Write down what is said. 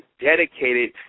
dedicated